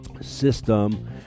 System